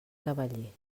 cavaller